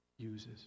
Uses